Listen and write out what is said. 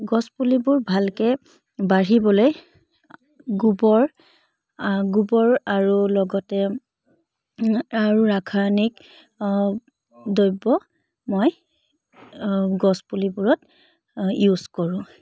গছ পুলিবোৰ ভালকৈ বাঢ়িবলৈ গোবৰ গোবৰ আৰু লগতে আৰু ৰাসায়নিক দ্ৰব্য মই গছ পুলিবোৰত ইউজ কৰোঁ